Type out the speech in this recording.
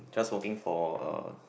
just working for uh